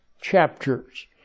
chapters